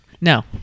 No